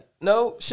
No